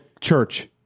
church